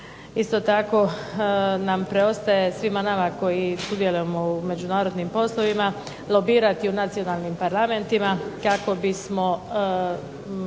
Isto tako nam preostaje svima nama koji sudjelujemo u međunarodnim poslovima, lobirati u nacionalnim parlamentima kako bismo